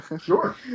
Sure